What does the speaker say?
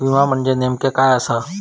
विमा म्हणजे नेमक्या काय आसा?